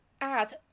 add